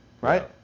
Right